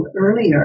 earlier